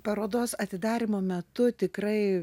parodos atidarymo metu tikrai